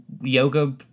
yoga